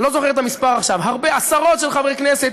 לא זוכר את המספר עכשיו, הרבה, עשרות חברי כנסת.